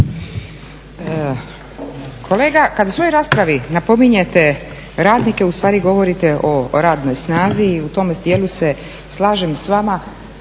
Kolega, kada u svojoj raspravi napominjete radnike u stvari govorite o radnoj snazi i u tome dijelu se slažem s vama